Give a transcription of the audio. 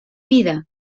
vida